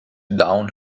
down